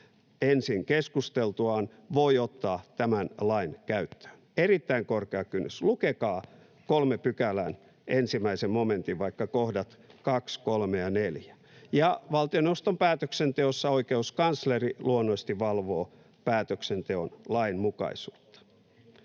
ensin keskusteltuaan voi ottaa tämän lain käyttöön — erittäin korkea kynnys. Lukekaa 3 §:n 1 momentin vaikka 2, 3 ja 4 kohdat. Valtioneuvoston päätöksenteossa oikeuskansleri luonnollisesti valvoo päätöksenteon lainmukaisuutta.